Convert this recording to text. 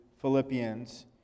Philippians